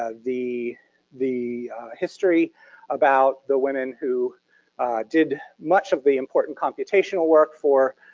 ah the the history about the women who did much of the important computational work for